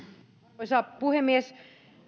arvoisa puhemies